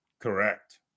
Correct